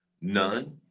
None